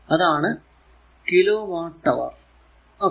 അതാണ് kilowatt അവർ ആണ്